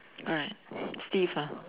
alright Steve ah